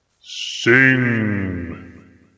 Sing